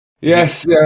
Yes